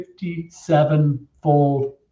57-fold